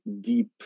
deep